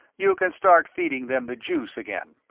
you can start feeding them the juice again.